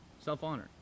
Self-honor